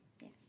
yes